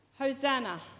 Hosanna